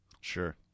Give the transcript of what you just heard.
Sure